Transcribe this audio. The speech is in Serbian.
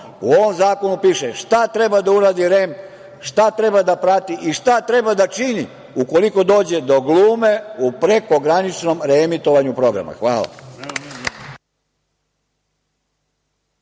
u ovom zakonu piše šta treba da uradi REM, šta treba da prati i šta treba da čini ukoliko dođe do glume u prekograničnom reemitovanju programa. Hvala.